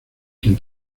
quien